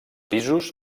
pisos